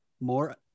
more